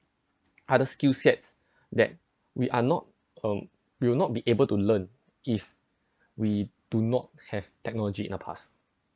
other skillsets that we are not um will not be able to learn if we do not have technology in the past